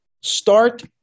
Start